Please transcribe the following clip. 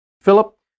Philip